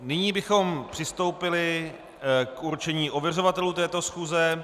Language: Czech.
Nyní bychom přistoupili k určení ověřovatelů této schůze.